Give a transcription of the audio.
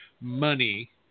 money